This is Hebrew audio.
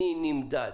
אני נמדד.